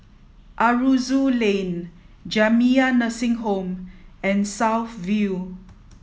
Aroozoo Lane Jamiyah Nursing Home and South View